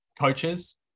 Coaches